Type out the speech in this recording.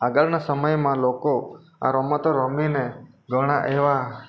આગળના સમયમાં લોકો આ રમતો રમીને ઘણા એવા